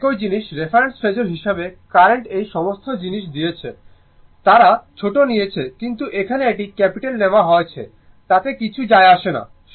এখানে একই জিনিস রেফারেন্স ফেজোর হিসাবে কারেন্ট এই সমস্ত জিনিস দিয়েছে তারা ছোট নিয়েছে কিন্তু এখানে এটি ক্যাপিটাল নেওয়া হয়েছে তাতে কিছু যায় আসে না